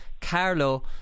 Carlo